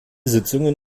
sitzungen